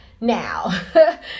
Now